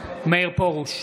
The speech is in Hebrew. מאיר פרוש,